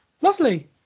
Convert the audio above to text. Lovely